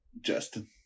Justin